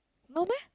no meh